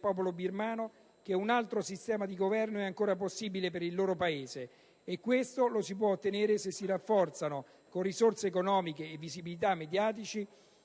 popolo birmano la consapevolezza che un altro sistema di governo è ancora possibile per il loro Paese. Questo lo si può ottenere se si rafforzano, con risorse economiche e visibilità mediatiche,